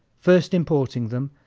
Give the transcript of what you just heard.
first importing them,